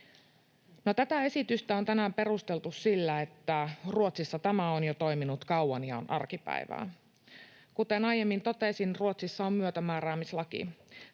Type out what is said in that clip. tätä esitystä on tänään perusteltu sillä, että Ruotsissa tämä on jo toiminut kauan ja on arkipäivää. Kuten aiemmin totesin, Ruotsissa on myötämääräämislaki.